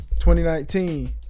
2019